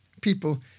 people